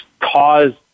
caused